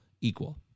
equal